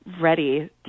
ready